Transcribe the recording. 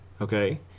Okay